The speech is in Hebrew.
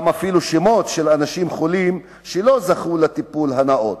אפילו שמות של אנשים חולים שלא זכו לטיפול נאות.